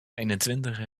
eenentwintigen